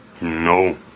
No